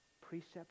precept